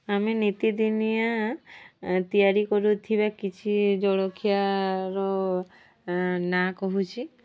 ଆମେ ନୀତିଦିନିଆ ତିଆରି କରୁଥିବା କିଛି ଜଳଖିଆର ନା କହୁଛି